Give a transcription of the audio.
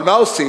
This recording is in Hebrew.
אבל מה עושים?